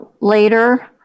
later